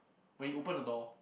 when he open the door